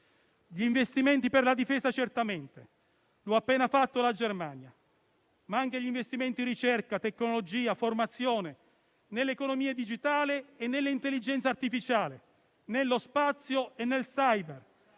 Gli investimenti per la difesa sono certamente necessari, come ha appena fatto la Germania, ma lo sono anche gli investimenti in ricerca, tecnologia, formazione, nell'economia digitale e nell'intelligenza artificiale, nello spazio e nel *cyber*,